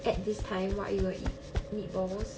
at this time what you gonna eat meatballs